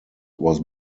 was